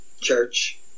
church